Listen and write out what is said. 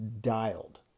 dialed